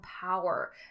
power